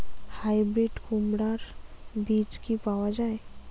Hybrid কুমড়ার বীজ কি পাওয়া য়ায়?